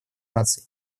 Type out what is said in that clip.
наций